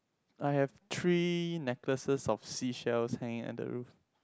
I have three necklaces of seashells hanging at the roof